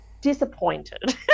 disappointed